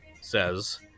says